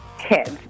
kids